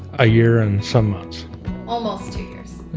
a year and some months almost two years yeah,